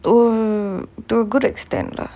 orh to a good extend lah